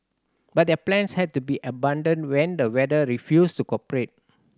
but their plans had to be abandoned when the weather refused to cooperate